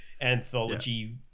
anthology